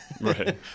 right